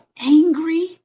angry